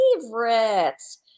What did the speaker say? favorites